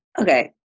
okay